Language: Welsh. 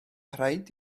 rhaid